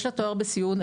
יש לה תואר בסיעוד,